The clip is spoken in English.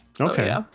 Okay